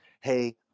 hey